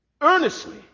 Earnestly